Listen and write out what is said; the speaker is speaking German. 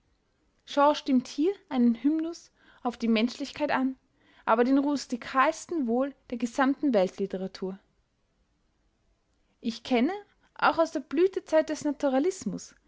shaw stimmt hier einen hymnus auf die menschlichkeit an aber den rustikalsten wohl der gesamten weltliteratur ich kenne auch aus der blütezeit des naturalismus